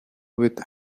with